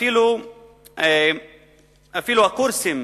את הקורסים,